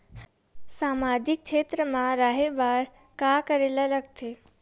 सामाजिक क्षेत्र मा रा हे बार का करे ला लग थे